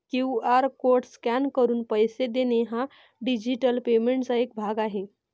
QR code scan करून पैसे देणे हा डिजिटल पेमेंटचा एक भाग आहे